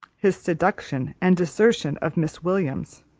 his seduction and desertion of miss williams,